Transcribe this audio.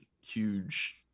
huge